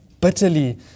bitterly